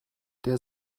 der